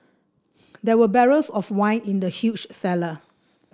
there were barrels of wine in the huge cellar